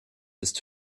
ist